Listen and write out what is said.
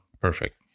perfect